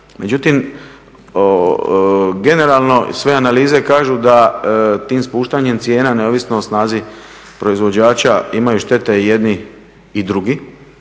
Međutim, generalno sve analize kažu da tim spuštanjem cijena neovisno o snazi proizvođača imaju štete i jedni i drugi